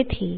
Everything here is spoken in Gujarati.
તેથી